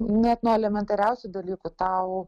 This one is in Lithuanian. net nuo elementariausių dalykų tau